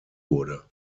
wurde